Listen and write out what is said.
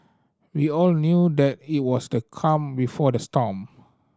we all knew that it was the calm before the storm